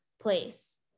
place